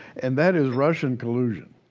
and that is russian collusion.